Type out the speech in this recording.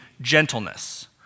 gentleness